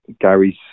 Gary's